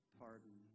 pardon